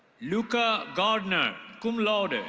luka gardner, cum laude.